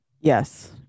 Yes